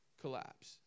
collapse